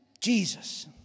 Jesus